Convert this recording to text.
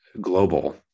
global